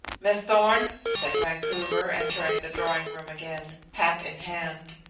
miss thorn, said vancouver, entering the drawing-room again, hat in hand,